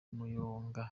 umuyonga